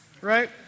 right